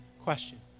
question